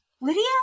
Lydia